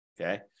okay